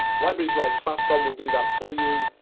libraries like fasttime will do that for you.